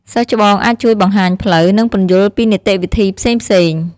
សិស្សច្បងអាចជួយបង្ហាញផ្លូវ និងពន្យល់ពីនីតិវិធីផ្សេងៗ។